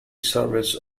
service